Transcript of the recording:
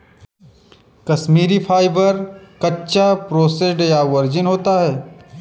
Kashmiri fibre, कच्चा, processed या virgin होता है